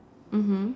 mmhmm